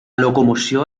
locomoció